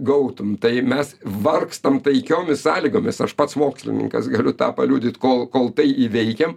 gautum tai mes vargstam taikiomis sąlygomis aš pats mokslininkas galiu tą paliudyt kol kol tai įveikiam